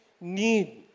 need